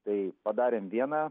tai padarėm vieną